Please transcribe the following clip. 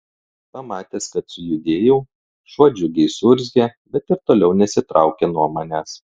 pamatęs kad sujudėjau šuo džiugiai suurzgė bet ir toliau nesitraukė nuo manęs